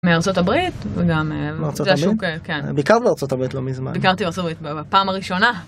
מארצות הברית וגם... מארצות הברית? כן כן. ביקרת בארצות הברית לא מזמן? ביקרתי בארצות בפעם הראשונה.